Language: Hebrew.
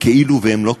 כאילו הם לא קיימים,